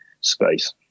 space